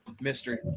Mystery